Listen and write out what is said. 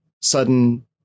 sudden